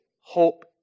hope